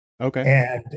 Okay